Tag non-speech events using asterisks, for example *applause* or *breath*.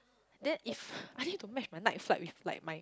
then if *breath* I need to match my night flight with like my